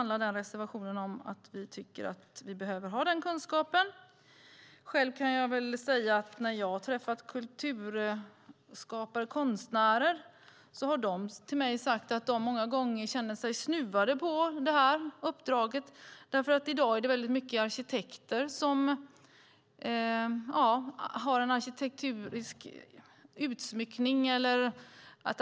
Den reservationen handlar om att vi tycker att vi behöver ha den kunskapen. Själv kan jag väl säga att när jag har träffat kulturskapare och konstnärer har de till mig sagt att de många gånger känner sig snuvade på det här uppdraget därför att det i dag är väldigt många arkitekter som talar om att man har en arkitektonisk utsmyckning.